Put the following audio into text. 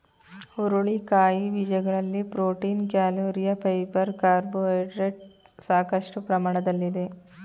ಹುರುಳಿಕಾಯಿ ಬೀಜಗಳಲ್ಲಿ protein, calorie, fibre carbohydrates ಸಾಕಷ್ಟು ಪ್ರಮಾಣದಲ್ಲಿದೆ